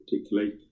particularly